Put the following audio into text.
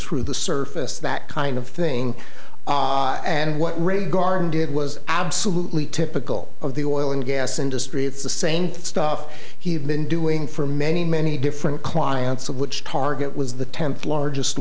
through the surface that kind of thing and what regard did was absolutely typical of the oil and gas industry it's the same thing stuff he had been doing for many many different clients of which target was the tenth largest